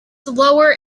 lower